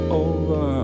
over